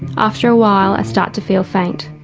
after a while i start to feel faint.